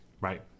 right